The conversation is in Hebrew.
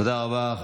תודה רבה.